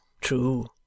true